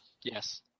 Yes